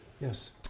Yes